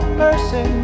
mercy